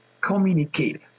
communicate